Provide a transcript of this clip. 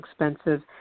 expensive